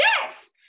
Yes